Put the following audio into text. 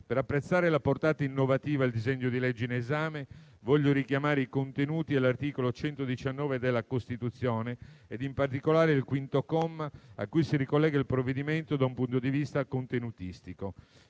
Per apprezzare la portata innovativa del disegno di legge in esame, desidero richiamare i contenuti dell'articolo 119 della Costituzione e in particolare il quinto comma, a cui si ricollega il provvedimento da un punto di vista contenutistico.